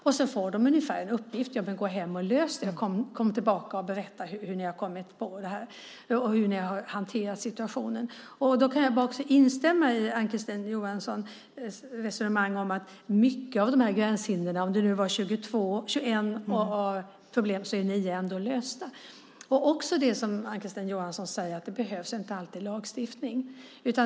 Sedan får de i uppgift att gå hem och lösa det och sedan komma tillbaka och berätta vad de har kommit fram till och hur de har hanterat situationen. Jag kan bara instämma i Ann-Kristine Johanssons resonemang om att många av gränshindren, 9 av 21, ändå är lösta. Och som Ann-Kristine Johansson också säger behövs det inte alltid lagstiftning.